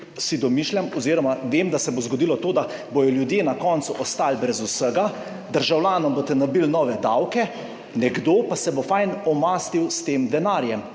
si mislim oziroma vem, da se bo zgodilo to, da bodo ljudje na koncu ostali brez vsega, državljanom boste nabili nove davke, nekdo pa se bo fajn omastil s tem denarjem.